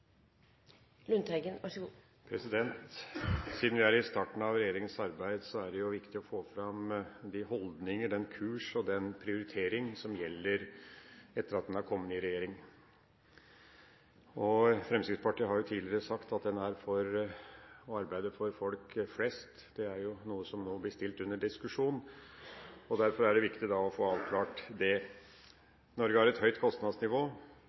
Siden vi er i starten av regjeringas arbeid, er det viktig å få fram de holdninger, den kurs og den prioritering som gjelder etter at en har kommet i regjering. Fremskrittspartiet har tidligere sagt at en er for, og arbeider for, folk flest – det er jo noe som nå er kommet under diskusjon, og derfor er det viktig å få avklart det. Norge har et høyt kostnadsnivå,